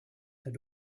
had